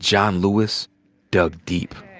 john lewis dug deep.